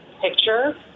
picture